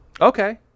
Okay